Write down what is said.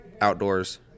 outdoors